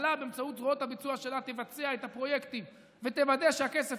הממשלה באמצעות זרועות הביצוע שלה תבצע את הפרויקטים ותוודא שהכסף